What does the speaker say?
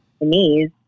knees